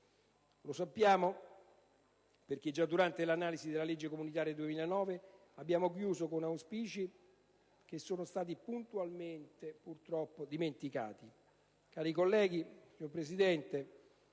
Lo sappiamo perché già durante l'analisi della legge comunitaria 2009 abbiamo chiuso con auspici che sono stati puntualmente, purtroppo, dimenticati. Cari colleghi, signor Presidente,